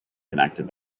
connected